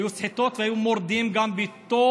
היו סחיטות, וגם היו מורדים בתוך